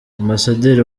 ambasaderi